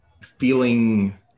feeling